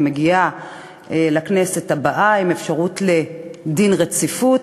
היא מגיעה לכנסת הבאה עם אפשרות לדין רציפות,